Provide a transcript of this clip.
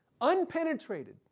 unpenetrated